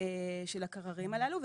של הקררים הללו.